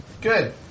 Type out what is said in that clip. Good